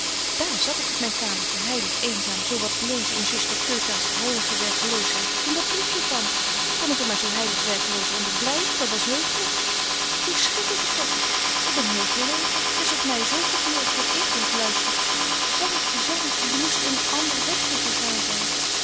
daar zat ik op myn kamertje heilig eenzaam zo wat te lezen in zuster teuta's heilige werkeloosheid toen dat briefje kwam kon ik er maar zo heilig werkeloos onder blyven dat was heuchelyk hoe schik ik het doch ik ben heel verlegen t is of my zo gedurig wordt ingeluistert zannetje zannetje je moest een ander wegje gegaan zyn